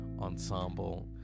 ensemble